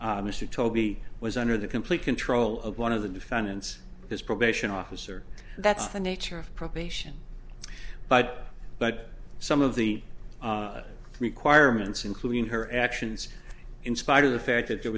mr toby was under the complete control of one of the defendants his probation officer that's the nature of probation but but some of the requirements including her actions in spite of the fact that